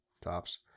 tops